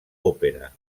òpera